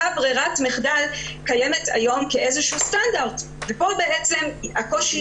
אותה ברירת מחדל קיימת היום כאיזשהו סטנדרט ופה בעצם הקושי